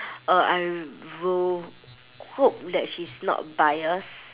uh I will hope that she's not bias